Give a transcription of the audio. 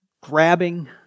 grabbing